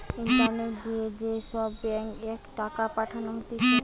internet দিয়ে যে সব ব্যাঙ্ক এ টাকা পাঠানো হতিছে